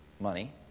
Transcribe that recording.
money